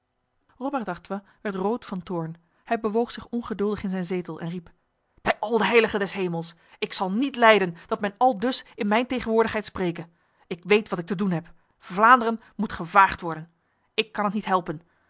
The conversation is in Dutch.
robert d'artois werd rood van toorn hij bewoog zich ongeduldig in zijn zetel en riep bij al de heiligen des hemels ik zal niet lijden dat men aldus in mijn tegenwoordigheid spreke ik weet wat ik te doen heb vlaanderen moet gevaagd worden ik kan het niet helpen